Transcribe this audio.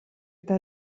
eta